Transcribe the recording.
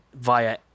via